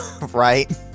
Right